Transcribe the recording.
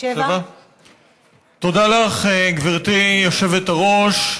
תודה לך, גברתי היושבת-ראש,